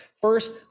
First